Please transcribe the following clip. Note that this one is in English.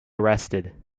arrested